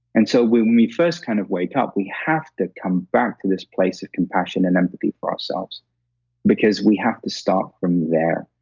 and so, when we first kind of wake up, we have to come back to this place of compassion and empathy for ourselves because we have to start from there,